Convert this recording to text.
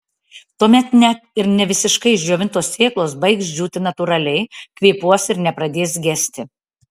tuomet net ir ne visiškai išdžiovintos sėklos baigs džiūti natūraliai kvėpuos ir nepradės gesti